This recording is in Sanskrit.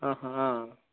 आ हा हा